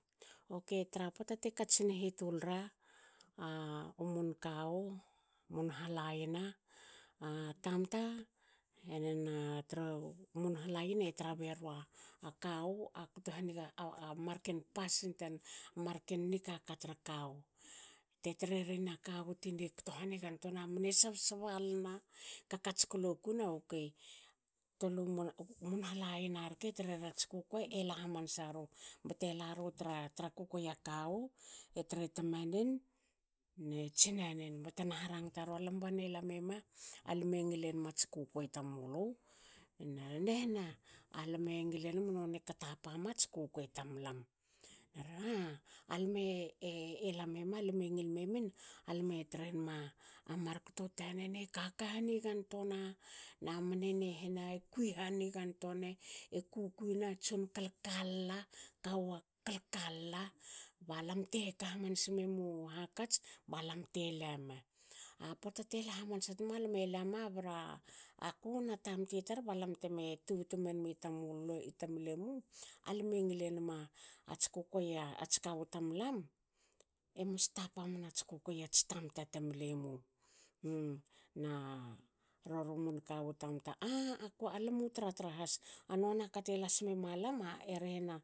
Okei ta pota te katsin hitul ra. a mun kawu mun halayana. a tamta mun halayana e tra bera kawu. Te tre ren a kawu tine kto hanigantoa namne sabsabalna kakats klo kuna okei tol u mun halayena rke tre rats kukuei ela hamansa ru bte laru tra tra kukuei a kawu tre tamanen ne tsinanen btena harangta ria,"lam banie e la mema lame ngil enmats kukuei tamulu,"na nehna?"Alame ngilenum nonka tapa mats kukuei tamlam," alame lame ma alme ngil memin alme trenma mar kto tanen ne kaka hanigan toana. na mne nehna kui hanigantoana e kukuina tson kal kalla. kawu kal kalla balam te ka hamansa memu hakats balam te lame. A pota te la hamansa tna lame lama bra aku na tamti tar balam tme tubtu menmi tamlemu. alme ngilenmats kukuei ats kawu tamlam emas tapa mnats kukuei ats tamta tamlemu. na roru mun kawu tamta alamu tra tra has nona kate las memalam e rehena